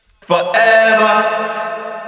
forever